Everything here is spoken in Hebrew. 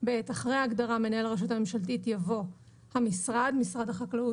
(ב)אחרי ההגדרה "מנהל הרשות הממשלתית" יבוא: ""המשרד" משרד החקלאות